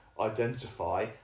identify